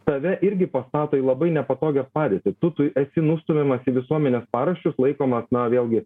tave irgi pastato į labai nepatogią padėtį tu tu esi nustumiamas į visuomenės paraščius laikomas na vėlgi